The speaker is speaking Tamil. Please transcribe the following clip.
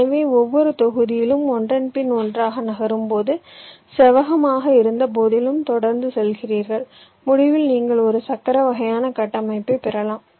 எனவே ஒவ்வொரு தொகுதிகளும் ஒன்றன் பின் ஒன்றாக நகரும்போது செவ்வகமாக இருந்தபோதிலும் தொடர்ந்து செல்கிறீர்கள் முடிவில் நீங்கள் ஒரு சக்கர வகையான கட்டமைப்பைப் பெறலாம்